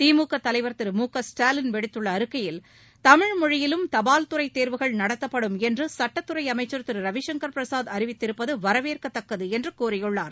திமுகதலைவர் திரு மு க ஸ்டாலின் விடுத்துள்ளஅறிக்கையில் தமிழ்மொழியிலும் தபால் துறைதேர்வுகள் நடத்தப்படும் என்றுசட்டத்துறைஅமைச்சர் திரு ரவிசங்கர் பிரசாத் அறிவித்திருப்பதுவரவேற்கத்தக்கதுஎன்றுகூறியுள்ளார்